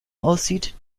aussieht